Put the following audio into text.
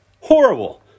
Horrible